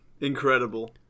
Incredible